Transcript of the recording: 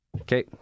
okay